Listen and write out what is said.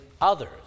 others